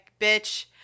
bitch